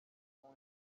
coins